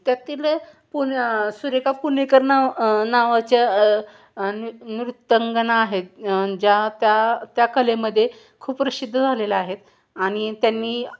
त्यातील पुन सुरेखा पुणेकर नाव नावाच्या नृ नृत्यांगना आहेत ज्या त्या त्या कलेमध्ये खूप प्रसिद्ध झालेल्या आहेत आणि त्यांनी